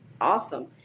awesome